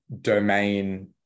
domain